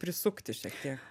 prisukti šiek tiek